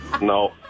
No